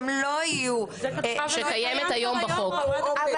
שקיימת היום בחוק.